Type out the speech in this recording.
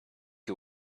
you